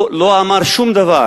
הוא לא אמר שום דבר